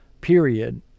period